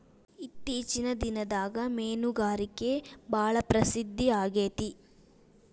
ಇತ್ತೇಚಿನ ದಿನದಾಗ ಮೇನುಗಾರಿಕೆ ಭಾಳ ಪ್ರಸಿದ್ದ ಆಗೇತಿ